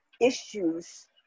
issues